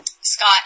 scott